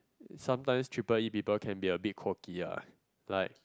sometimes triple E people can be a bit quirky ah like